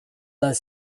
dal